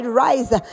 rise